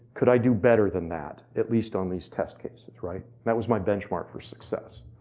could i do better than that? at least on these test cases. right. that was my benchmark for success.